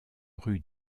rue